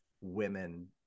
women